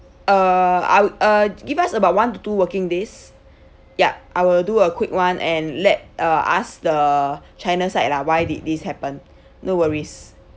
uh I would uh g~ give us about one to two working days ya I will do a quick one and let uh ask the china side lah why did this happen no worries